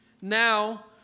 Now